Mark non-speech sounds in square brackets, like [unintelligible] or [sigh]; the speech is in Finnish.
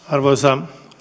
[unintelligible] arvoisa